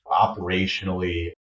operationally